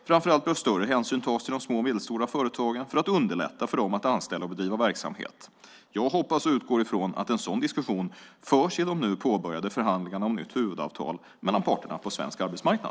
Framför allt bör större hänsyn tas till de små och medelstora företagen för att underlätta för dem att anställa och bedriva verksamhet. Jag hoppas och utgår ifrån att en sådan diskussion förs i de nu påbörjade förhandlingarna om nytt huvudavtal mellan parterna på svensk arbetsmarknad.